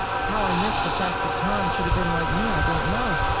how i missed the fact that tom should have been like me, i don't know.